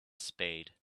spade